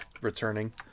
returning